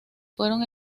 fueron